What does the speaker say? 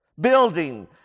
Building